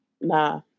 Nah